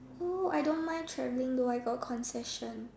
oh I don't mind traveling though I got concession